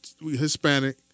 Hispanic